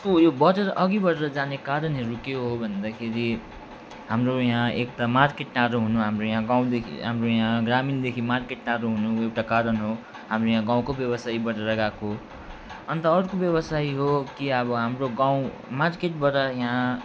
यसको यो बजार अघि बढेर जाने कारणहरू के हो भन्दाखेरि हाम्रो यहाँ एक त मार्केट टाढो हुनु हाम्रो यहाँ गाउँदेखि हाम्रो यहाँ ग्रामीणदेखि मार्केट टाढो हुनु एउटा कारण हो हाम्रो यहाँ गाउँको व्यवसायी बढेर गएको हो अन्त अर्को व्यवसायी हो कि अब हाम्रो गाउँ मार्केटबाट यहाँ